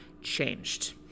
changed